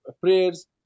prayers